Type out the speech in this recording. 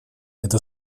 это